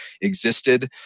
existed